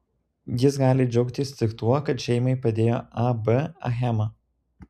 jis gali džiaugtis tik tuo kad šeimai padėjo ab achema